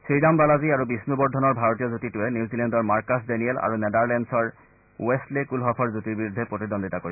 শ্ৰীৰাম বালাজী আৰু বিষ্ণু বৰ্ধনৰ ভাৰতীয় যুটীটোৱে নিউজিলেণ্ডৰ মাৰ্কাছ ডেনিয়েল আৰু নেদাৰলেণ্ডছৰ ৱেছলে কুলহফৰ যুটীৰ বিৰুদ্ধে প্ৰতিদ্বন্দ্বিতা কৰিব